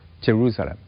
Jerusalem